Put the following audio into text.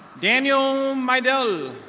daniel midel.